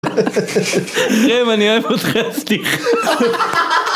חיים אני אוהב אותך סליחה